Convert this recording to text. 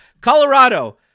Colorado